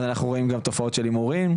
אנחנו רואים גם תופעות של הימורים,